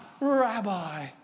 Rabbi